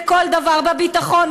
בכל דבר: בביטחון,